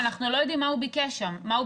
אנחנו לא יודעים מה הוא ביקש לדעת.